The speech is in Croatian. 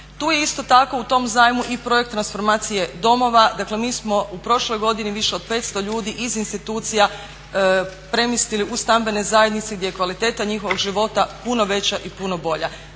Tu je isto tako u tom zajmu i projekt transformacije domova. Dakle, mi smo u prošloj godini više od 500 ljudi iz institucija premjestili u stambene zajednice gdje je kvaliteta njihovog života puno veća i puno bolja.